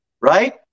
Right